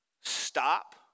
stop